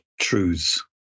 truths